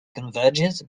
converges